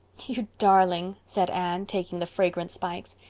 you darling, said anne, taking the fragrant spikes.